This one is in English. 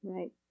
Right